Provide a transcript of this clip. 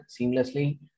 seamlessly